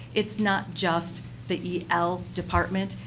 it's not just the el departments,